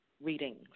readings